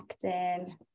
connecting